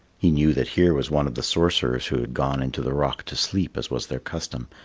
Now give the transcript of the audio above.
he knew that here was one of the sorcerers who had gone into the rock to sleep as was their custom,